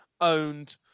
owned